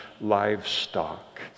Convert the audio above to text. livestock